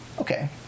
Okay